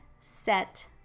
set